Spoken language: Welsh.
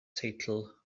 teitl